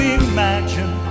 imagine